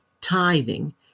tithing